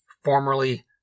formerly